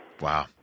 Wow